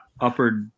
upper